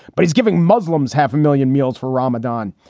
but he's giving muslims half a million meals for ramadan.